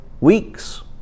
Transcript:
weeks